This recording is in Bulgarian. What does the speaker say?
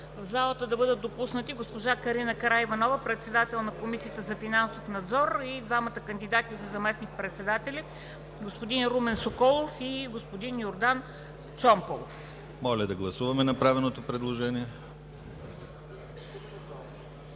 в залата да бъдат допуснати госпожа Карина Караиванова – председател на Комисията за финансов надзор, и двамата кандидати за заместник-председатели – господин Румен Соколов и господин Йордан Чомпалов. ПРЕДСЕДАТЕЛ ДИМИТЪР ГЛАВЧЕВ: Моля да гласуваме направеното предложение.